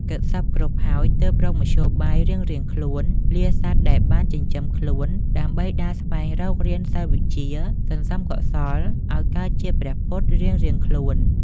គិតសព្វគ្រប់ហើយ ទើបរកមធ្យោបាយរៀងៗខ្លួន លាសត្វដែលបានចិញ្ចឹមខ្លួន ដើម្បីដើរស្វែងរករៀនសិល្បវិជ្ជា សន្សំកុសលអោយកើតជាព្រះពុទ្ធ រៀងៗខ្លួន ។